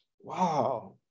wow